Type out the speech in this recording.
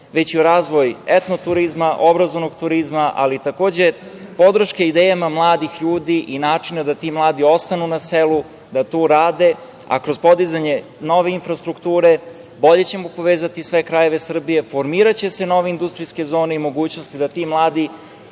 već i u razvoj etno-turizma, obrazovnog turizma, ali takođe, podrške idejama mladih ljudi i načina da ti mladi ostanu na selu, da tu rade, a kroz podizanje nove infrastrukture bolje ćemo povezati sve krajeve Srbije, formiraće se nove industrijske zone i mogućnosti da ti mladi